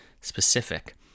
specific